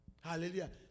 Hallelujah